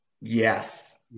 Yes